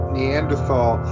Neanderthal